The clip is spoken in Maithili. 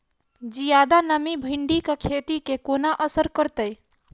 जियादा नमी भिंडीक खेती केँ कोना असर करतै?